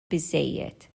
biżżejjed